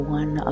one